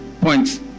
points